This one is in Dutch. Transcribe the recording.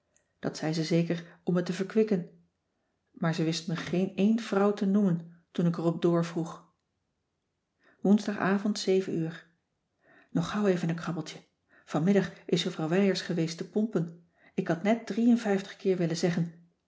dat zei ze zeker om me te verkwikken maar ze wist me geen een vrouw te noemen toen ik er op door vroeg oensdagavond uur nog gauw even een krabbeltje vanmiddag is juffrouw wijers geweest te pompen ik had net drie en vijftig keer willen zeggen